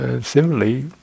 Similarly